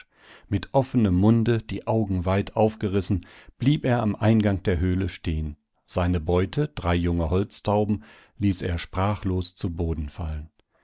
mit offenem munde die augen weit aufgerissen blieb er am eingang der höhle stehen seine beute drei junge holztauben ließ er sprachlos zu boden fallen